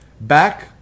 back